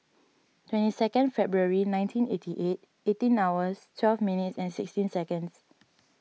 twenty second February nineteen eighty eight eighteen hours twelve minutes and sixteen seconds